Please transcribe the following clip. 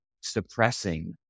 suppressing